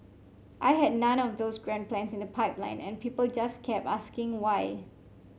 I had none of those grand plans in the pipeline and people just kept asking why